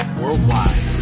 worldwide